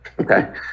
Okay